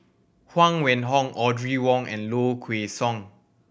Huang Wenhong Audrey Wong and Low Kway Song